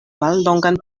mallongan